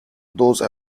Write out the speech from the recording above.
those